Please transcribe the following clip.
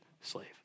slave